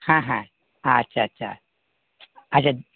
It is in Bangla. হ্যাঁ হ্যাঁ আচ্ছা আচ্ছা আছা